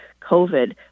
COVID